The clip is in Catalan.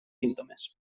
símptomes